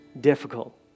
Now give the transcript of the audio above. difficult